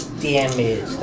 Damage